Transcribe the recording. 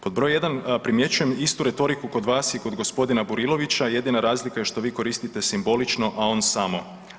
Pod broj 1. primjećujem istu retoriku kod vas i kod gospodina Burilovića jedina razlika je što vi koristite simbolično, a on samo.